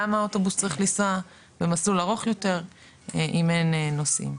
למה האוטובוס צריך לנסוע במסלול ארוך יותר אם אין נוסעים?